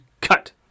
cut